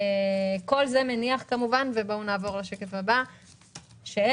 כל זה בהנחה שאין עוד סגרים,